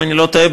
אם אני לא טועה,